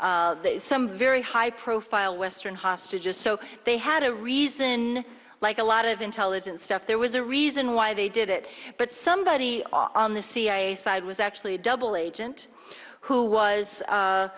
levin some very high profile western hostages so they had a reason like a lot of intelligence stuff there was a reason why they did it but somebody on the cia side was actually a double agent who was